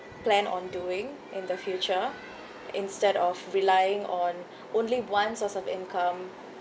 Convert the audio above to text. plan on doing in the future instead of relying on only one source of income